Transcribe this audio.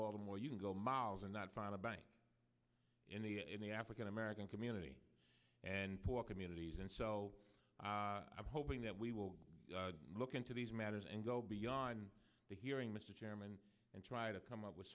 baltimore you can go miles and not find a bank in the in the african american community and poor communities and so i'm hoping that we will look into these matters and go beyond the hearing mr chairman and try to come up with